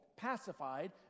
pacified